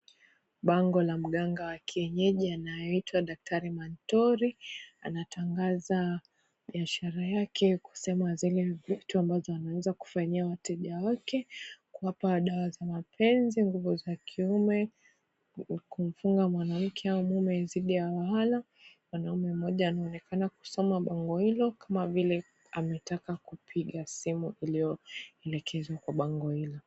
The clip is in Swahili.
Bango la mganga wa kienyeji anayeitwa Daktari Mantori, anatangaza biashara yake kusema zile vitu ambazo anaweza kufanyia wateja wake, kuwapa dawa za mapenzi, nguvu za kiume, kumfunga mwanamke au mume dhidi ya wahala. Mwanaume mmoja anaonekana kusoma bango hilo kama vile ametaka kupiga simu iliyoelekezwa kwa bango hilo.